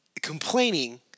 complaining